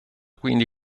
quindi